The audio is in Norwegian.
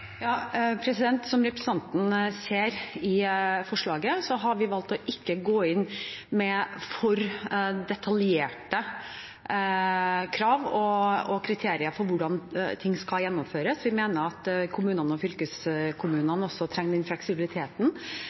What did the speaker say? Som representanten ser i forslaget, har vi valgt å ikke gå inn med for detaljerte krav til og kriterier for hvordan ting skal gjennomføres. Vi mener at kommunene og fylkeskommunene trenger den fleksibiliteten